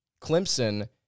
Clemson